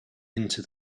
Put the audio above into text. into